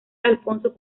alfonso